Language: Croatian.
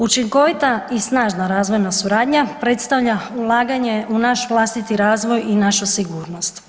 Učinkovita i snažna razvojna suradnja predstavlja ulaganje u naš vlastiti razvoj i našu sigurnost.